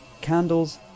candles